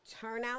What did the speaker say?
turnout